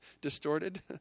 distorted